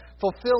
fulfill